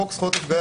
חוק זכויות עבירה